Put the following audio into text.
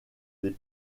des